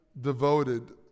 devoted